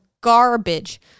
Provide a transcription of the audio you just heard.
garbage